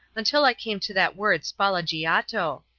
until i came to that word spalleggiato,